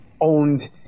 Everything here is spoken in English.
owned